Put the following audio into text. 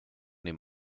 dem